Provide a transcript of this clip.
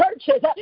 churches